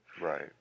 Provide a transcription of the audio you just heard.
Right